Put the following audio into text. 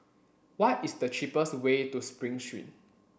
what is the cheapest way to Spring Street